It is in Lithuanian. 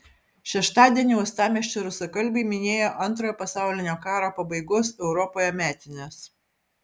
šeštadienį uostamiesčio rusakalbiai minėjo antrojo pasaulinio karo pabaigos europoje metines